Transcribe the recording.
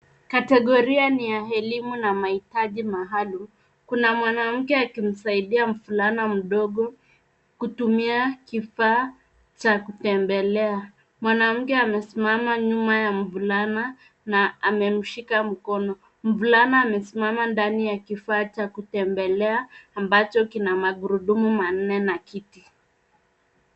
Kategoria ni ya elimu na mahitaji maalum. Kuna mwanamke akimsaidia mvulana mdogo kutumia kifaa cha kutembelea. Mwanamke amesimama nyuma ya mvulana na amemshika mkono. Mvulana amesimama ndani ya kifaa cha kutembelea ambacho kina magurudumu manne na kiti.